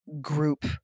group